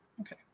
Okay